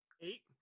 Eight